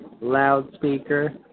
loudspeaker